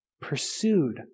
pursued